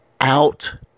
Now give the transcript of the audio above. out